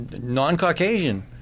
non-Caucasian